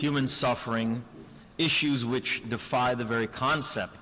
human suffering issues which defy the very concept